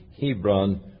Hebron